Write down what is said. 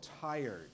tired